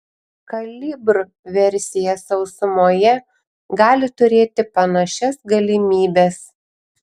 kalibr versija sausumoje gali turėti panašias galimybes